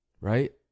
right